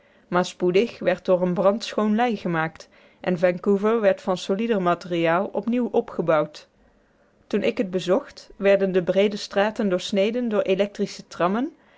maar spoedig werd door een brand schoon lei gemaakt en vancouver werd van solieder materiaal op nieuw opgebouwd toen ik het bezocht werden de breede straten doorsneden door electrische trammen